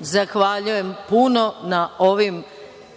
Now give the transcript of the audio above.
reč.)Zahvaljujem puno na ovim